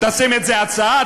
תשים את זה הצעה,